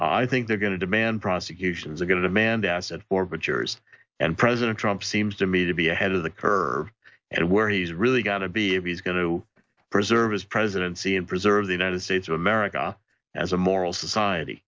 i think they're going to demand prosecutions are going to demand asset for but years and president trump seems to me to be ahead of the curve and where he's really got to be if he's going to preserve his presidency and preserve the united states of america as a moral society